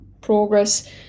progress